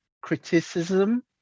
criticism